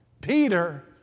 Peter